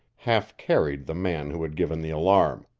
half-carried the man who had given the alarm.